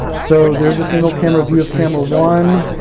so there's a single camera view of camera one.